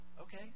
Okay